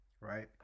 right